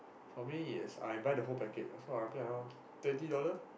for me is I buy whole the whole package so I pay around twenty dollar